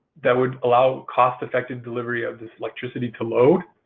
that would allow cost-effective delivery of this electricity to load.